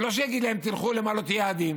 לא שיגיד להם: תלכו למלא יעדים.